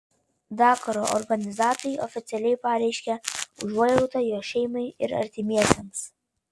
dakaro organizatoriai oficialiai pareiškė užuojautą jo šeimai ir artimiesiems